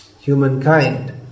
humankind